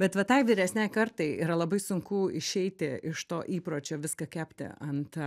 bet va tai vyresnei kartai yra labai sunku išeiti iš to įpročio viską kepti ant